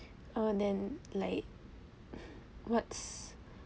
uh then like what's